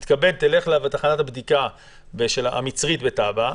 תתכבד, תלך לתחנת הבדיקה המצרית בטאבה.